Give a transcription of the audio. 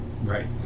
right